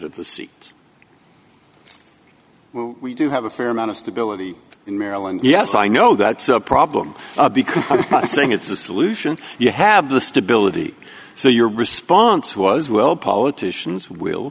of the seats we do have a fair amount of stability in maryland yes i know that's a problem because i'm not saying it's a solution you have the stability so your response was well politicians will